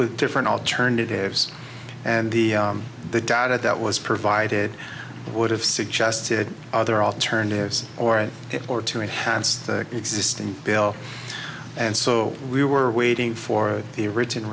with different alternatives and the the data that was provided would have suggested other alternatives or and or to enhance the existing bill and so we were waiting for the written